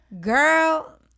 girl